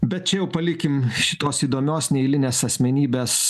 bet čia jau palikim šitos įdomios neeilinės asmenybės